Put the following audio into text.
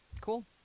cool